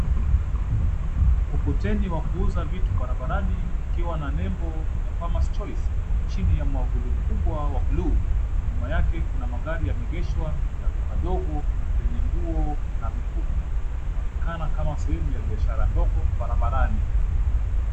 Mkokoteni wa kuuza vitu barabarani ukiwa na nembo ya Farmers Choice chini ya mwavuli mkubwa wa buluu. Nyuma yake kuna magari yameegeshwa na duka dogo lenye nguo na mifuko. Inaonekana kama sehemu ya biashara ndogo barabarani.